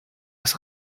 des